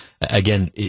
again